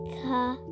car